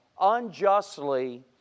unjustly